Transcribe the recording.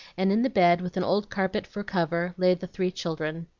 and in the bed, with an old carpet for cover, lay the three children.